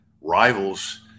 rivals